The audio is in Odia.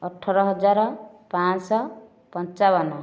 ଅଠର ହଜାର ପାଞ୍ଚ ପଞ୍ଚାବନ